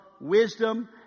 wisdom